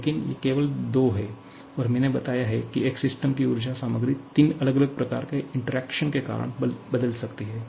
लेकिन ये केवल दो हैं और मैंने बताया है कि एक सिस्टम की ऊर्जा सामग्री तीन अलग अलग प्रकार के इंटरैक्शन के कारण बदल सकती है